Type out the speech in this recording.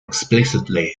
explicitly